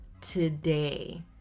today